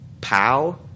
Pow